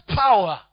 power